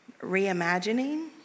reimagining